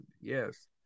Yes